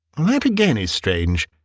um that again is strange,